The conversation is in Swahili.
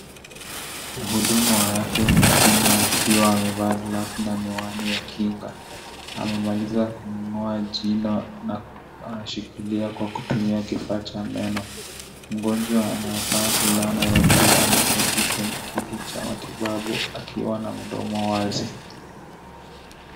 Mhudumu wa afya za kinywa akiwa amevaa barakoa na miwani ya Kinga. Amemaliza kumng'oa jino na anashikilia kwa kutumia kifaa cha meno. Mgonjwa anayevaa fulana ya buluu ameketi kwenye kiti cha matibabu akiwa na mdomo wazi.